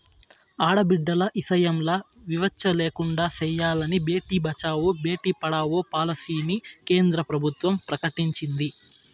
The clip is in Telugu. ఆడబిడ్డల ఇసయంల వివచ్చ లేకుండా సెయ్యాలని బేటి బచావో, బేటీ పడావో పాలసీని కేంద్ర ప్రభుత్వం ప్రకటించింది